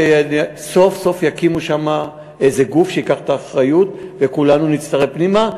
וסוף-סוף יקימו שם איזה גוף שייקח את האחריות וכולנו נצטרף פנימה.